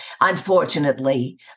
unfortunately